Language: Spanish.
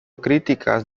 críticas